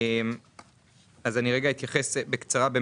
אני אתייחס בקצרה.